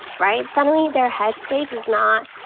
right? suddenly there head space is not,